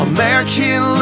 American